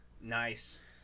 nice